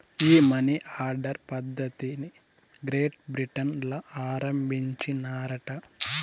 ఈ money order పద్ధతిది Great Britain ల ఆరంబించినారట